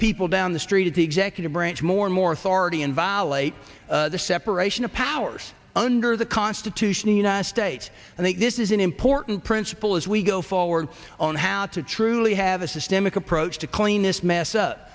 people down the street the executive branch more and more authority and violate the separation of powers under the constitution the united states and they this is an important principle as we go forward on how to truly have a systemic approach to clean this mess